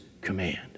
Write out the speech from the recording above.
command